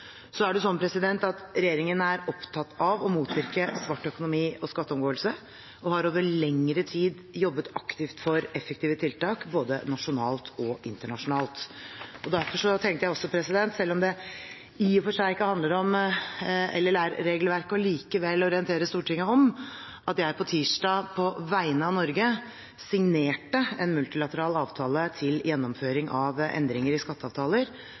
Regjeringen er opptatt av å motvirke svart økonomi og skatteomgåelse og har over lengre tid jobbet aktivt for effektive tiltak, både nasjonalt og internasjonalt. Derfor tenkte jeg – selv om det i og for seg ikke handler om LLR-regelverket – å orientere Stortinget om at jeg på tirsdag på vegne av Norge signerte en multilateral avtale til gjennomføring av endringer i skatteavtaler